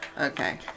Okay